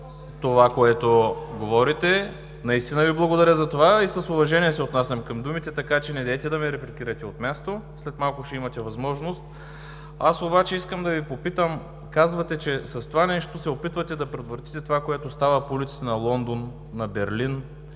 Станилов.) Наистина Ви благодаря за това и с уважение се отнасям към думите, така че недейте да ме репликирате от място. След малко ще имате възможност. Аз обаче искам да Ви попитам, казвате, че с това нещо се опитвате да предотвратите това, което става по улиците на Лондон, на Берлин